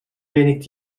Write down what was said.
wenig